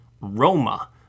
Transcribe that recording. Roma